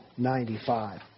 95